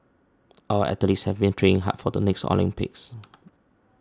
our athletes have been training hard for the next Olympics